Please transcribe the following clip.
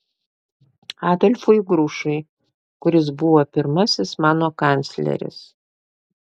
adolfui grušui kuris buvo pirmasis mano kancleris